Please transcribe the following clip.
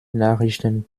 nachrichten